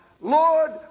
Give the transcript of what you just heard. Lord